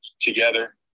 together